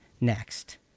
next